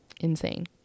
insane